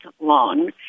long